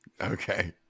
Okay